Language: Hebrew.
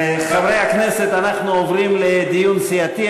חברי הכנסת, אנחנו עוברים עכשיו לדיון סיעתי.